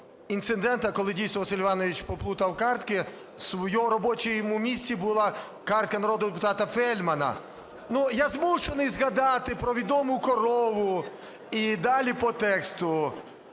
інциденту, коли, дійсно, Василь Іванович попутав картки. На робочому місці була картка народного депутата Фельдмана. Ну, я змушений згадати про відому "корову" і далі по тексту.